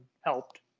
helped